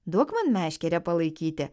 duok man meškerę palaikyti